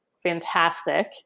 fantastic